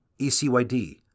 ECYD